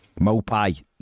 Mopai